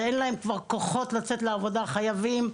שאין להם כבר כוחות לצאת לעבודה אבל הם חייבים.